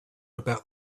about